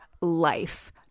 life